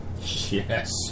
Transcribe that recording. Yes